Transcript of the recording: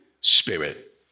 Spirit